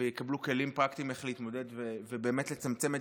ויקבלו כלים פרקטיים איך להתמודד ובאמת לצמצם את